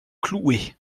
cloué